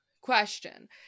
Question